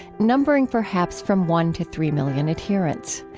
numbering perhaps from one to three million adherents.